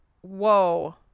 Whoa